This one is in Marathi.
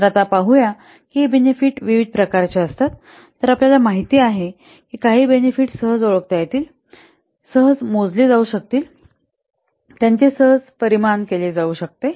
तर आता हे पाहूया की हे बेनिफिट विविध प्रकारचे आहेत आपल्याला माहिती आहे की काही बेनिफिट सहज ओळखता येतील सहज मोजले जाऊ शकतात त्यांचे सहज परिमाण केले जाऊ शकते